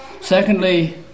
Secondly